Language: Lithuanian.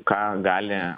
ką gali